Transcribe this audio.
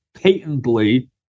patently